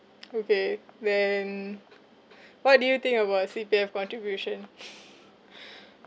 okay then what do you think about C_P_F contribution